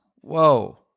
Whoa